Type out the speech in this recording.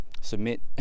Submit